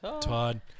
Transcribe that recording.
Todd